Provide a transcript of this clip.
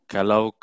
Kalau